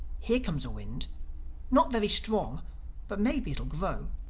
here comes a wind not very strong but maybe it'll grow.